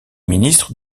ministres